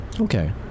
Okay